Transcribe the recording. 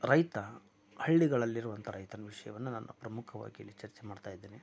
ರೈತ ಹಳ್ಳಿಗಳಲ್ಲಿರುವಂತ ರೈತನ ವಿಷಯವನ್ನು ನಾನು ಪ್ರಮುಖವಾಗಿ ಇಲ್ಲಿ ಚರ್ಚೆ ಮಾಡ್ತಾಯಿದ್ದೇನೆ